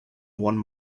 one